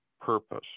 purpose